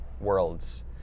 worlds